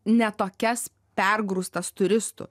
ne tokias pergrūstas turistų